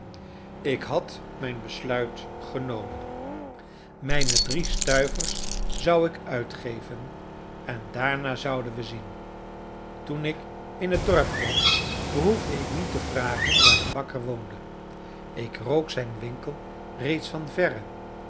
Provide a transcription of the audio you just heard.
ik had mijn besluit genomen mijne drie stuivers zou ik uitgeven en daarna zouden wij zien toen ik in het dorp kwam behoefde ik niet te vragen waar de bakker woonde ik rook zijn winkel reeds van verre